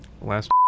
last